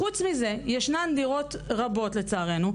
חוץ מזה ישנן דירות רבות לצערנו,